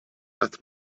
qatt